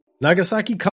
Nagasaki